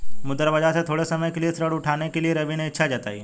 मुद्रा बाजार से थोड़े समय के लिए ऋण उठाने के लिए रवि ने इच्छा जताई